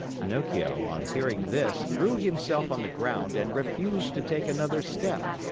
pinocchio, on hearing this, threw himself on the ground and refused to take another step.